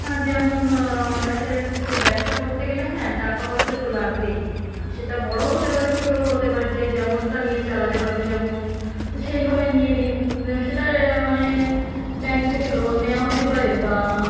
আর যেমন দেখা যাচ্ছে যে ব্যবসা করতে গেলে হ্যাঁ টাকা পয়সা তো লাগবেই সেটা বড়ো হতে পারে ছোটোও হতে পারে যে যেমনটা নিয়ে চালাতে পারবে যেমন সেই ভাবেই নিয়ে ঋণ সেটা মানে ব্যাঙ্ক থেকে লোন নেয়া হতে পারে বা